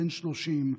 בן 30,